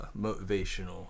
motivational